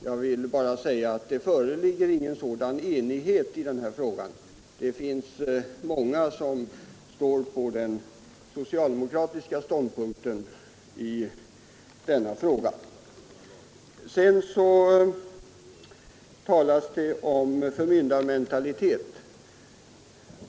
Jag vill bara säga att det inte föreligger någon sådan enighet i denna fråga; i samfunden intar många den socialdemokratiska ståndpunkten i denna fråga. Den andra kommentaren gäller talet om förmyndarmentalitet.